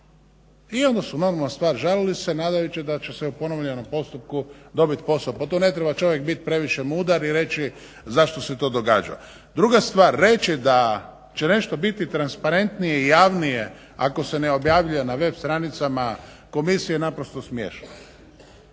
I onda su normalna stvar žalili se nadajući se da će se o ponovljenom postupku dobiti posao, pa tu ne treba čovjek biti previše mudar i reći zašto se to događa. Druga stvar reći da će nešto biti transparentniji i javnije ako se ne objavljuje, ako se ne objavljuje na web stranicama komisije naprosto je smiješno.